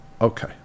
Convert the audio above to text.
okay